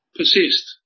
persist